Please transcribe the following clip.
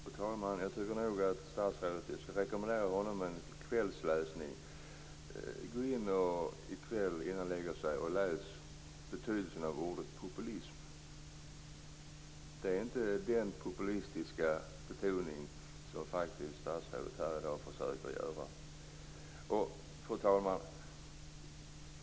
Fru talman! Jag skulle vilja rekommendera statsrådet en kvällsläsning. Jag råder nämligen statsrådet att innan han går och lägger sig läsa vad ordet populism betyder. Det handlar inte om den populistiska betoning som statsrådet här faktiskt försöker göra gällande.